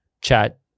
Chat